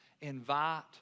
Invite